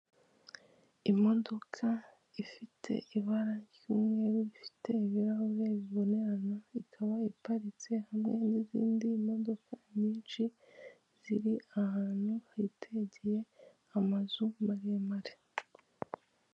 Imodoka ifite ibara ry'umweru, ifite ibirahure bibonerana ikaba iparitse hamwe n'izindi modoka nyinshi ziri ahantu hitegeye amazu maremare.